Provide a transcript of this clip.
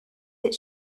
that